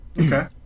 Okay